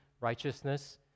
righteousness